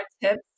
tips